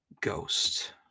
Ghost